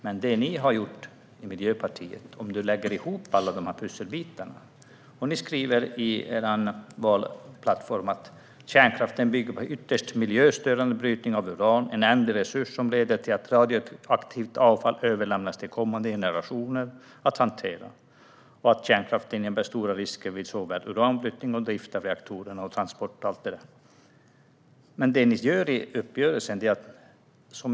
Men så här står det i Miljöpartiets valplattform: "Kärnkraft bygger på ytterst miljöstörande brytning av uran, en ändlig naturresurs, och leder till att radioaktivt avfall överlämnas till kommande generationer att hantera. Kärnkraften innebär också stora risker vid såväl uranbrytning som drift av reaktorerna och transporter av bränsle och avfall."